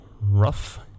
rough